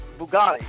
Bugatti